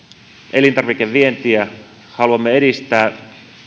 elintarvikevientiä haluamme edistää